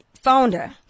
founder